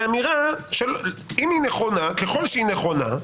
זו אמירה שככל שהיא נכונה,